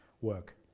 work